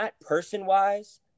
person-wise